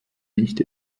nicht